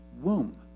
womb